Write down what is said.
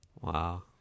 Wow